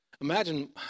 Imagine